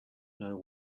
know